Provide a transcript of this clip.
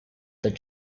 that